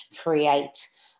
create